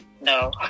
No